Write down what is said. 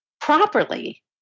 properly